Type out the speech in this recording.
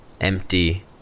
empty